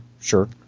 Sure